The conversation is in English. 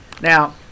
Now